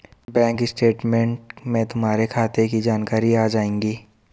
bank statement में तुम्हारे खाते की जानकारी आ जाएंगी